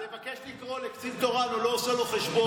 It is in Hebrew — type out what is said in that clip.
תבקש לקרוא לקצין תורן, הוא לא עושה לו חשבון.